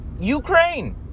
Ukraine